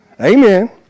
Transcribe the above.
Amen